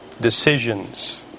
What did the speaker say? decisions